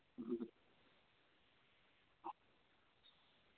ᱦᱩᱸ